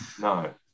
No